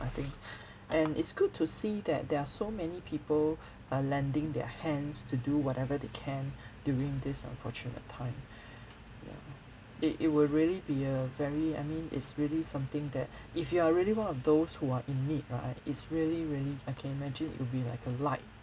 I think and it's good to see that there are so many people uh lending their hands to do whatever they can during this unfortunate time ya it it will really be a very I mean it's really something that if you are really one of those who are in need right it's really really I can imagine it'll be like a light